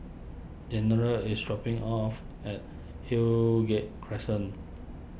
General is dropping off at Highgate Crescent